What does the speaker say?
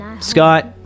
Scott